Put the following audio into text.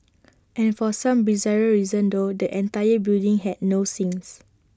and for some bizarre reason though the entire building had no sinks